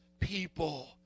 people